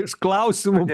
iš klausimų